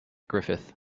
griffith